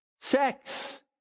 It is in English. Sex